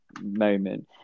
moment